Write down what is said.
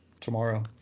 tomorrow